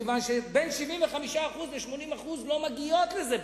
מכיוון שבין 75% ל-80% לא מגיעות לזה בכלל.